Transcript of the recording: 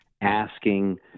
asking